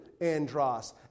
Andros